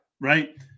Right